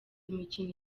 imikino